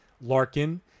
Larkin